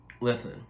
listen